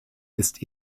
ist